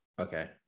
Okay